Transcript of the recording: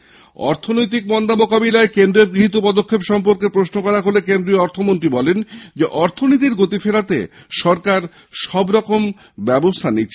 এদিকে অর্থনৈতিক মন্দা মোকাবিলায় কেন্দ্রের গৃহীত পদক্ষেপ সম্পর্কে প্রশ্ন করা হলে কেন্দ্রীয় অর্থমন্ত্রী বলেন অর্থনীতির গতি ফেরাতে সরকার সবরকম ব্যবস্থা নিচ্ছে